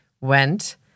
went